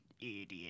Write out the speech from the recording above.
idiot